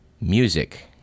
music